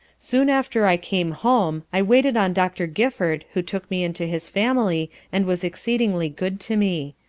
soon after i came home, i waited on doctor gifford who took me into his family and was exceedingly, good to me.